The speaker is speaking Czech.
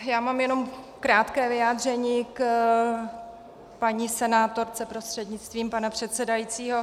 Já mám jen krátké vyjádření k paní senátorce prostřednictvím pana předsedajícího.